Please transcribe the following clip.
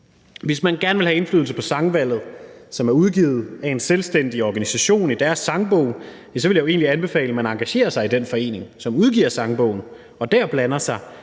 Hvis man gerne vil have indflydelse på sangvalget, som er udgivet af en selvstændig organisation i deres sangbog, så vil jeg egentlig anbefale, at man engagerer sig i den forening, som udgiver sangbogen, og der blander sig